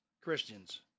Christians